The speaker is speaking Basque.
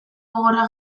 gogorra